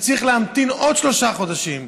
אתה צריך להמתין עוד שלושה חודשים.